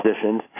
positions